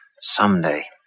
Someday